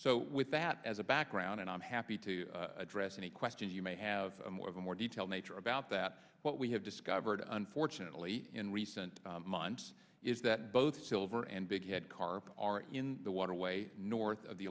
so with that as a background and i'm happy to address any question you may have more of a more detailed nature about that what we have discovered unfortunately in recent months is that both silver and begad car are in the waterway north